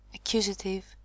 Accusative